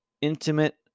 intimate